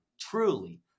truly